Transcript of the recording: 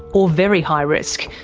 or very high risk,